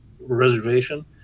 reservation